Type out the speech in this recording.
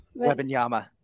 Webinyama